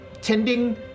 tending